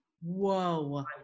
Whoa